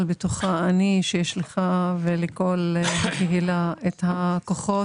אבל בטוחה אני שיש לך ולכל הקהילה את הכוחות.